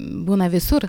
būna visur